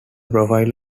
profile